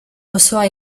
osoa